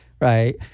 right